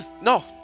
no